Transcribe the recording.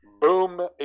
Boom